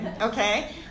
okay